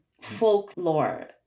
folklore